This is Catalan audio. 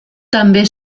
també